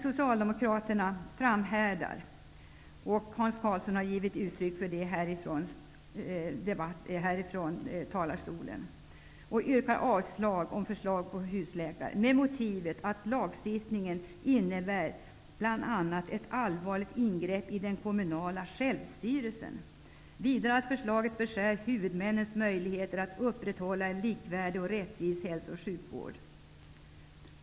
Socialdemokraterna framhärdar -- Hans Karlsson har givit uttryck för det ifrån talarstolen -- och yrkar avslag på förslaget om husläkare med motivet att lagstiftningen bl.a. innebär ett allvarligt ingrepp i den kommunala självstyrelsen. Vidare menar Socialdemokraterna att förslaget beskär huvudmännens möjligheter att upprätthålla en likvärdig och rättvis hälso och sjukvård.